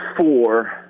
four